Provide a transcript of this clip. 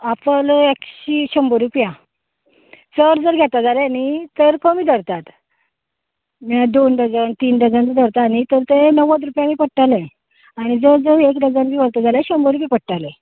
आपल एकशे शंबर रुपया चड जर घेतले जाल्यार न्ही तर कमी करतात म्हळ्यार दोन डजन तीन डजन सुद्दां व्हरता न्ही सो ते णव्वद रुपयांनी पडटले आनी जर एक डजन बी व्हरता जाल्यार शंबर रुपया पडटले